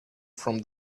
from